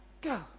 Go